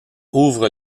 ouvre